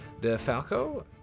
DeFalco